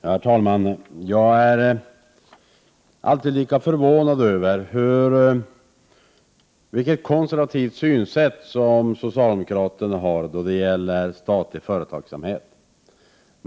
Herr talman! Jag är alltid lika förvånad över socialdemokraternas konservativa synsätt när det gäller statlig företagsamhet.